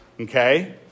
Okay